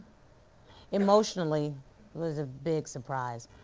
emotionally it was a big surprise.